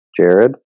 Jared